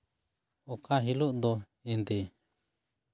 ᱚᱠᱟ ᱦᱤᱞᱳᱜ ᱫᱚ ᱮᱫᱮᱸ